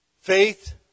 faith